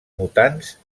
mutants